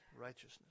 righteousness